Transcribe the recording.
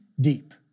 deep